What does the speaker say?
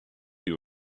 you